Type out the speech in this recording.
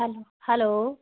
hello hello